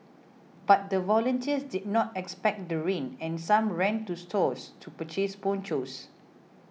but the volunteers did not expect the rain and some ran to stores to purchase ponchos